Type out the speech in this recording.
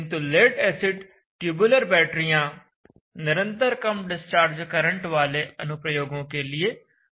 किंतु lead acid tubular बैटरियाँ निरंतर कम डिस्चार्ज करंट वाले अनुप्रयोगों के लिए उपयुक्त होती हैं